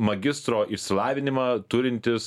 magistro išsilavinimą turintis